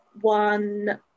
one